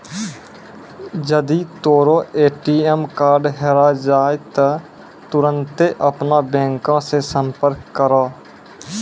जदि तोरो ATM card हेराय जाय त तुरन्ते अपनो बैंको से संपर्क करो